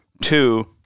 two